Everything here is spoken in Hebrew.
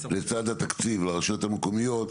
לצד התקציב לרשויות המקומיות,